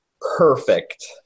perfect